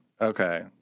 Okay